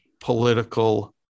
political